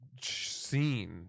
scene